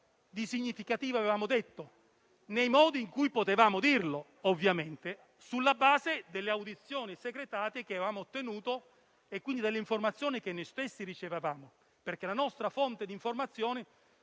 di significativo avevamo detto nei modi in cui potevamo dirlo, ovviamente, sulla base delle audizioni segretate che avevamo tenuto e, quindi, delle informazioni che noi stessi ricevevamo, perché la nostra fonte di informazione